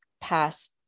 pass